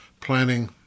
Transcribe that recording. planning